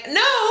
no